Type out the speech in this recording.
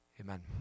Amen